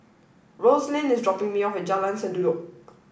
Roselyn is dropping me off at Jalan Sendudok